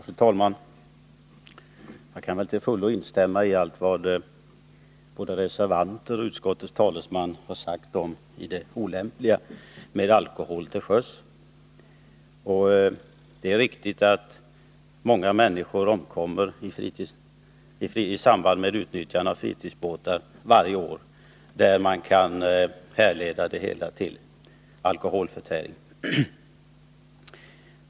Fru talman! Jag kan till fullo instämma i allt vad såväl reservanterna som utskottets talesman sagt om det olämpliga i alkoholförtäring till sjöss. Det är riktigt att många människor varje år omkommer i fritidsbåtsolyckor som kan härledas till alkoholförtäring.